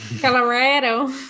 Colorado